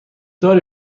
داری